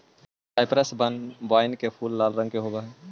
cypress vine के पुष्प लाल रंग के होवअ हई